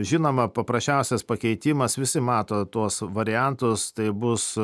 žinoma paprasčiausias pakeitimas visi mato tuos variantus tai bus